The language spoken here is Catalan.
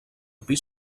pis